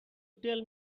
tell